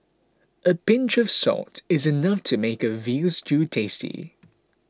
a pinch of salt is enough to make a Veal Stew tasty